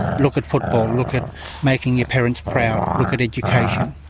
look at football, look at making your parents proud, look at education.